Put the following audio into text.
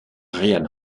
ryan